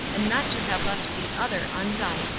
and not to have left the other undone.